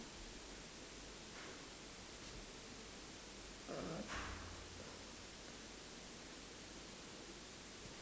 uh